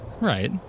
Right